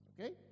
okay